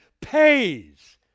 pays